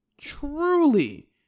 truly